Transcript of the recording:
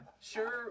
Sure